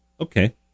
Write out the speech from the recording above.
Okay